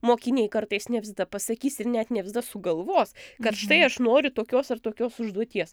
mokiniai kartais ne visada pasakys ir net ne visada sugalvos kad štai aš noriu tokios ar tokios užduoties